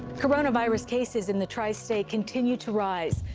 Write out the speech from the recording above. coronavirus cases in the tri-state continue to rise.